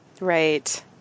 right